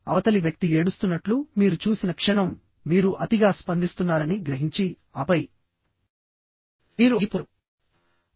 అవతలి వ్యక్తి ఏడుస్తున్నట్లు మీరు చూసిన క్షణం మీరు అతిగా స్పందిస్తున్నారని గ్రహించి ఆపై మీరు ఆగిపోతారు